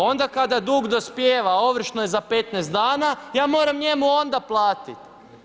Onda kada dug dospijeva, a ovršno je za 15 dana ja moram njemu onda platit.